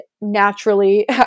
naturally